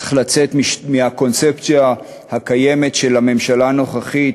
צריך לצאת מהקונספציה הקיימת של הממשלה הנוכחית,